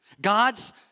God's